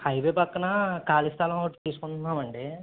highway పక్కన ఖాళీ స్థలం ఒకటి తీసుకుంటున్నాం అండి